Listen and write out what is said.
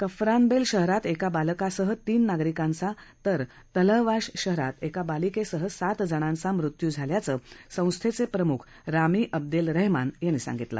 Kafranbel शहरात एका बालकांसह तीन नागरिकांचा तर तलहवाश शहरात एका बालिकेसह सात जणांचा मृत्यु झाल्याचं संस्थेचे प्रमुख रामी अब्देल रहमान यांनी सांगितलं